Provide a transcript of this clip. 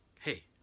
hey